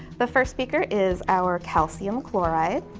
the first beaker is our calcium chloride.